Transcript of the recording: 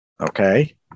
Okay